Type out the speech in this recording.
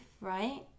right